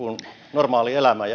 normaalielämään